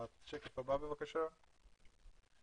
השקף הבא מציג